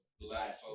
black